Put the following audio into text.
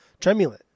Tremulant